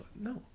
No